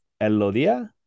Elodia